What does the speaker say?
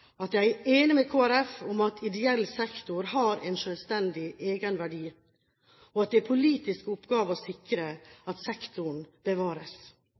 at de er enige med Kristelig Folkeparti om at ideell sektor har en selvstendig egenverdi, og at det er en politisk oppgave å sikre at sektoren bevares.